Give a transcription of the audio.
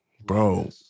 bro